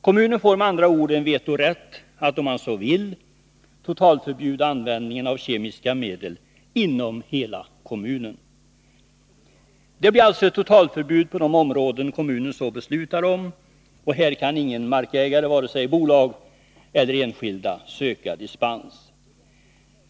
Kommunen får med andra ord en vetorätt att, om man så vill, totalförbjuda användningen av kemiska medel inom hela kommunen. Det blir alltså ett totalförbud på de områden kommunen så beslutar om, och här kan ingen markägare, vare sig bolag eller enskild, söka dispens.